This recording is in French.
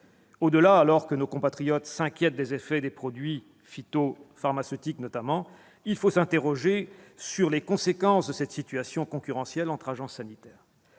Au-delà, alors que nos compatriotes s'inquiètent des effets des produits, phytopharmaceutiques notamment, il faut s'interroger sur les conséquences de cette situation concurrentielle entre agences sanitaires.